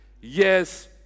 yes